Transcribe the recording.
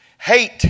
Hate